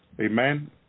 Amen